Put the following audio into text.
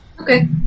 Okay